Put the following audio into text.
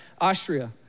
Austria